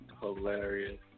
hilarious